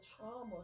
trauma